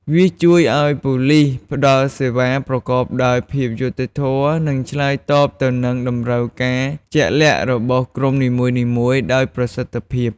វាជួយឱ្យប៉ូលិសផ្តល់សេវាប្រកបដោយ ភាពយុត្តិធម៌ និងឆ្លើយតបទៅនឹងតម្រូវការជាក់លាក់របស់ក្រុមនីមួយៗដោយប្រសិទ្ធភាព។